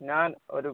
ഞാൻ ഒരു